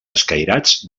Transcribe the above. escairats